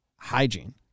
Hygiene